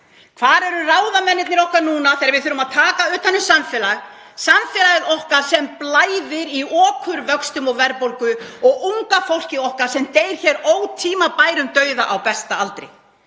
Hvar eru ráðamennirnir okkar núna þegar við þurfum að taka utan um samfélag okkar, sem blæðir í okurvöxtum og verðbólgu, og unga fólkið okkar sem deyr ótímabærum dauða á besta aldri,